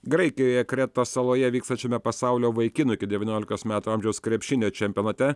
graikijoje kretos saloje vykstančiame pasaulio vaikinų iki devyniolikos metų amžiaus krepšinio čempionate